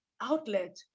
outlet